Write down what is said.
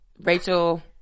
Rachel